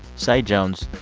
saeed jones,